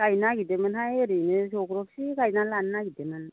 गायनो नागिरदोंमोनहाय ओरैनो जग्रबसे गायनानै लानो नागिरदोंमोन